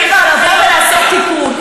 אם כבר לבוא ולעשות תיקון,